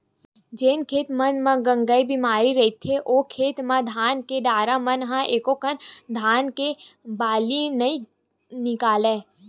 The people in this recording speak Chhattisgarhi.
जेन खेत मन म गंगई बेमारी रहिथे ओ खेत के धान के डारा मन म एकोकनक धान के बाली नइ निकलय